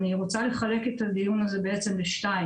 אני רוצה לחלק את הדיון הזה לשניים: